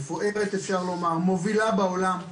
מפוארת אפשר לומר, מובילה בעולם.